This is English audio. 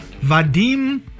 Vadim